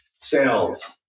sales